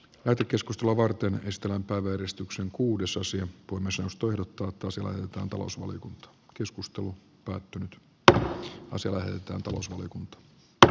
nato keskustelua varten ystävänpäiväjulistuksen kuudes osia burma suostui rutto tuhosi vantaan talousvaliokunta keskustelu päättynyt brax puhemiesneuvosto ehdottaa että tulos oli dr